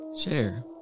Share